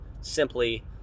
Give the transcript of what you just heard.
simply